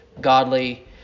godly